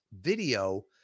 video